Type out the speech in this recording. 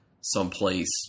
someplace